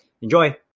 Enjoy